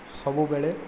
ସବୁବେଳେ